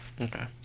Okay